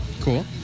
Cool